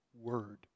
Word